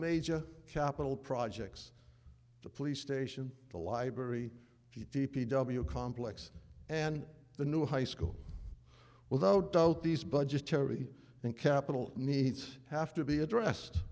major capital projects the police station the library g d p w complex and the new high school without doubt these budgetary and capital needs have to be addressed